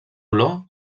olor